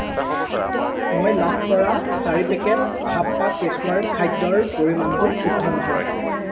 মই লাভ কৰা চাৰি পেকেট হাপ্পা কেচুৱাৰ খাদ্যৰ পৰিমাণটো শুদ্ধ নহয়